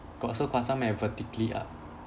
got so 夸张 meh vertically up